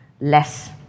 less